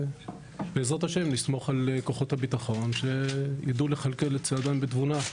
ובעזרת השם נסמוך על כוחות הביטחון שידעו לכלכל את צעדם בתבונה,